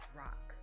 rock